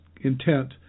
intent